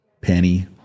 Penny